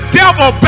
devil